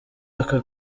aka